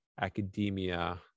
academia